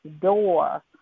door